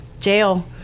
jail